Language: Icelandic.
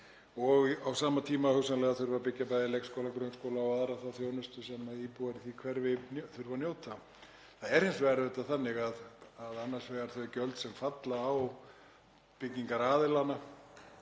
og á sama tíma þarf hugsanlega að byggja bæði leikskóla og grunnskóla og aðra þá þjónustu sem íbúar í því hverfi þurfa að njóta. Það er hins vegar auðvitað þannig að annars vegar eiga þau gjöld sem falla á byggingaraðilana,